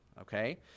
Okay